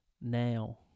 now